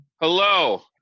Hello